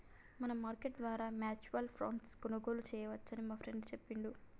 money market ద్వారా mutual ఫండ్ను కొనుగోలు చేయవచ్చని మా ఫ్రెండు చెప్పిండు